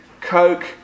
Coke